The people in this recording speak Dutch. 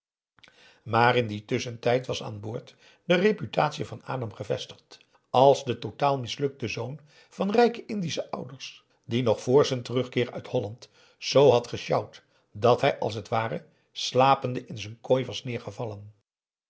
maar in dien tusschentijd was aan boord de reputatie van adam gevestigd als de totaal mislukte zoon van rijke indische ouders die nog vr z'n terugkeer uit holland zoo had gesjouwd dat hij aum boe akar eel als het ware slapende in z'n kooi was